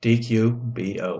D-Q-B-O